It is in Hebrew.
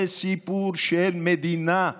זה סיפור של מדינה,